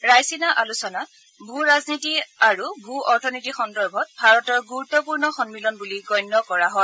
ৰাইছিনা আলোচনা ভূ ৰাজনীতি আৰু ভূ অথনীতি সন্দৰ্ভত ভাৰতৰ গুৰুত্পূৰ্ণ সম্মিলন বুলি গণ্য কৰা হয়